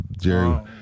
Jerry